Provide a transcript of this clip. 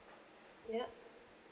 yup